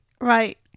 Right